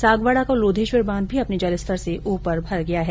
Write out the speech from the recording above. सागवाडा का लोधेश्वर बांध भी अपने जलस्तर से ऊपर तक भर गया है